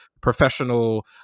professional